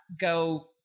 Go